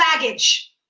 baggage